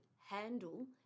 handle